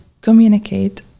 communicate